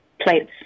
plates